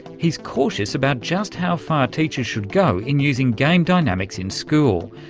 he's cautious about just how far teachers should go in using game dynamics in school,